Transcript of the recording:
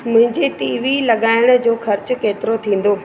मुंहिंजे T V लॻाइण जो ख़र्चु केतिरो थींदो